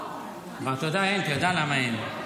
אבל אתה יודע למה אין?